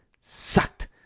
sucked